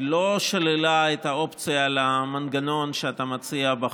היא לא שללה את האופציה למנגנון שאתה מציע בחוק,